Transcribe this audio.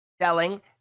selling